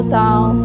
down